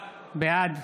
בעד